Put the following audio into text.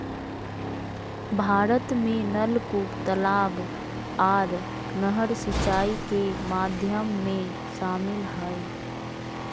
भारत में नलकूप, तलाब आर नहर सिंचाई के माध्यम में शामिल हय